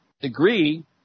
degree